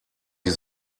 die